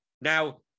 Now